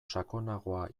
sakonagoa